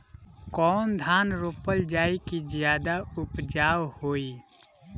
कौन धान रोपल जाई कि ज्यादा उपजाव होई?